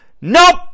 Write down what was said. Nope